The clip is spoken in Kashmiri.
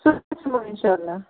صُبَحس یِمَو اِنشاء اللہ